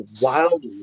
wild